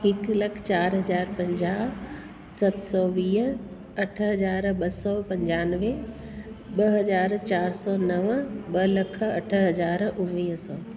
हिकु लखु चारि हज़ार पंजाहु सत सौ वीह अठ हजार ॿ सौ पंजानवे ॿ हजार चारि सौ नव ॿ लखु अठ हज़ार उणिवीह सौ